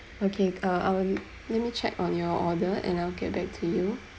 okay uh I'll let me check on your order and I'll get back to you